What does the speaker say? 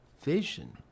vision